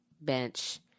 bench